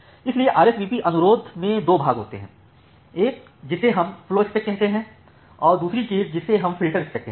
इसलिए RSVP अनुरोध में दो भाग होते हैं एक जिसे हम फ़्लोस्पेक कहते हैं और दूसरी चीज़ जिसे हम फ़िल्टरपेक कहते हैं